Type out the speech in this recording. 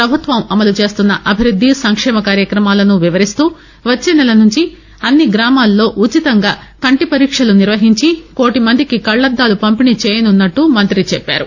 ప్రభుత్వం అమలు చేస్తున్న అభివృద్ది సంక్షేమ కార్యక్రమాలను వివరిస్తూ వచ్చే నెల నుంచి అన్ని గ్రామాల్లో ఉచితంగా కంటి పరీక్షలు నిర్వహించి కోటిమందికి కళ్ళద్దాలు పంపిణీ చేయనున్నట్లు మం్తి చెప్పారు